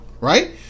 right